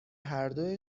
هردو